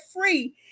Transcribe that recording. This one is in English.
free